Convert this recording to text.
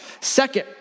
Second